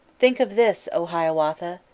think of this, o hiawatha!